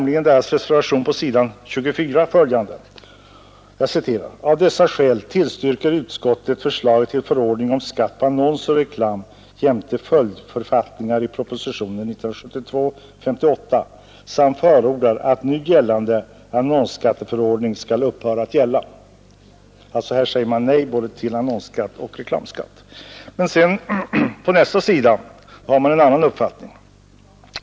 I reservationen sägs på s. 24: Här säger man alltså nej till både annonsskatt och reklamskatt. På nästa sida har man en annan uppfattning.